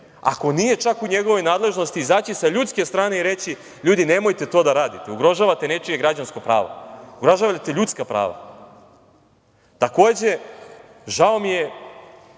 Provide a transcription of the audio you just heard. ako nije čak u njegovoj nadležnosti, izaći sa ljudske strane i reći – ljudi, nemojte to da radite, ugrožavate nečije građansko pravo, ugrožavate ljudska prava? Takođe, žao mi je